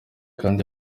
kandi